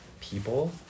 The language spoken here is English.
people